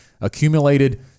accumulated